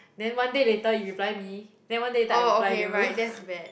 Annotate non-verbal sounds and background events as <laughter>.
then one day later you reply me then one day later I reply you <laughs>